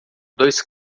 dois